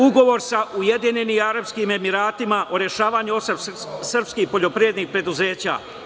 Ugovor sa Ujedinjenim Arapskim Emiratima o rešavanju osam srpskih poljoprivrednih preduzeća.